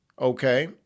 Okay